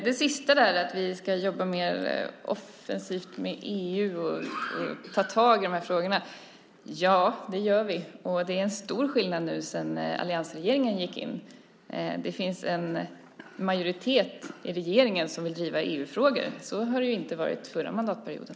Det sista, att vi ska jobba mer offensivt med EU och ta tag i de här frågorna, kan jag bemöta med att det gör vi. Det är stor skillnad sedan alliansregeringen gick in. Det finns en majoritet i regeringen som vill driva EU-frågor. Så var det ju inte förra mandatperioden.